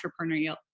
entrepreneurial